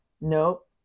Nope